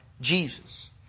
Jesus